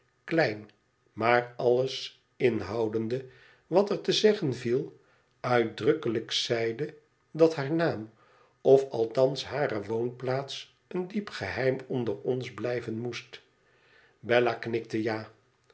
klein maar alles mhoudende wat er te zeggen viel uitdrukkelijk zeide dat haar naam of althans hare woonplits een diep geheim onder ons blijven moest bella knikte ja